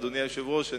אדוני היושב-ראש,